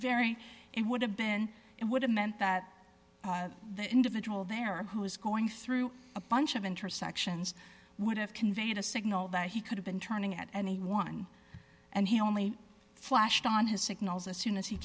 very it would have been it would have meant that the individual there who was going through a bunch of intersections would have conveyed a signal that he could have been turning at any one and he only flashed on his signals as soon as he